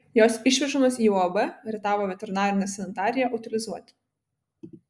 jos išvežamos į uab rietavo veterinarinę sanitariją utilizuoti